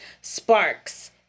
sparks